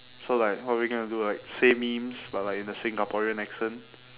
so like what are we going to do like say memes but like in a singaporean accent